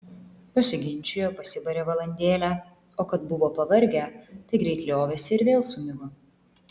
pasiginčijo pasibarė valandėlę o kad buvo pavargę tai greit liovėsi ir vėl sumigo